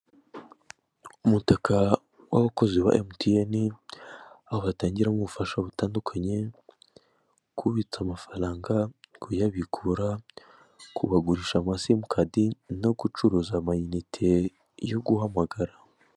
Umutaka w'abakozi ba MTN aho batangiramo ubufasha butandukanye kubitsa amafaranga, kuyabikura, kubagurisha ama simucadi no gucuruza ama inite yo guhamagara .